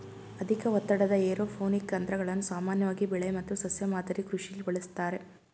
ಅಧಿಕ ಒತ್ತಡದ ಏರೋಪೋನಿಕ್ ತಂತ್ರಗಳನ್ನು ಸಾಮಾನ್ಯವಾಗಿ ಬೆಳೆ ಮತ್ತು ಸಸ್ಯ ಮಾದರಿ ಕೃಷಿಲಿ ಬಳಸ್ತಾರೆ